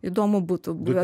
įdomu būtų buvę